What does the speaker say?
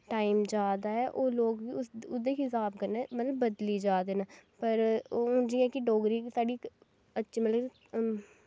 time जा दा ऐ ओह् लोग बी ओह्दे गै हिसाब कन्नै मतलव बदली जा दे न पर हून जियां कि डोगरी साढ़ी अज्ज मतलव